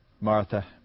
Martha